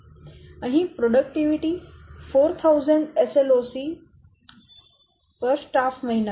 અહીં ઉત્પાદકતા 4000 SLOCસ્ટાફ મહિના છે